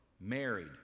Married